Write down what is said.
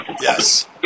Yes